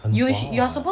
很滑 [what]